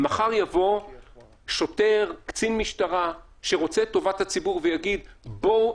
מחר יבוא שוטר קצין משטרה שרוצה את טובת הציבור ויגיד: בואו,